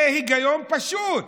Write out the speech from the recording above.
זה היגיון פשוט.